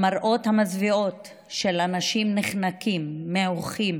המראות המזוויעים של אנשים נחנקים, מעוכים,